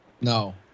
No